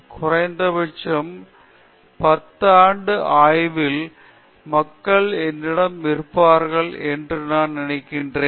குறைந்தபட்சம் 10 ஆண்டு ஆய்வில் மக்கள் என்னிடம் இருப்பார்கள் என்று நான் நினைக்கிறேன்